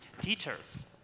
Teachers